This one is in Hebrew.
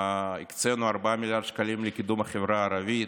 הקצינו ארבעה מיליארד שקלים לקידום החברה הערבית,